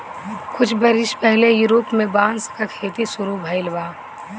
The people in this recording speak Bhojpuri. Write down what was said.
कुछ बरिस पहिले यूरोप में बांस क खेती शुरू भइल बा